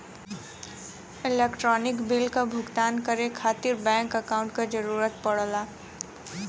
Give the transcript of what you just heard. electronic bill क भुगतान करे खातिर बैंक अकांउट क जरूरत पड़ला